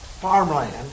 farmland